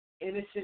innocent